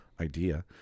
idea